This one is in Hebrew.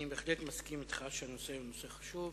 אני בהחלט מסכים אתך שהנושא הוא נושא חשוב.